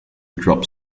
dropped